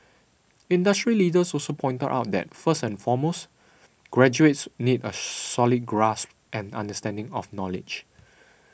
industry leaders also pointed out that first and foremost graduates need a solid grasp and understanding of knowledge